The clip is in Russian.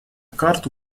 карту